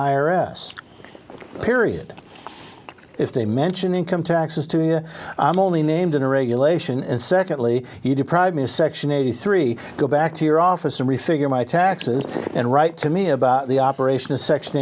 iris period if they mention income taxes to you i'm only named in a regulation and secondly you deprive me of section eighty three go back to your office and refigure my taxes and write to me about the operation of section